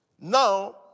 now